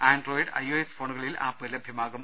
Android I O S ഫോണുകളിൽ app ലഭ്യമാകും